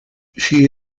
she